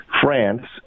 France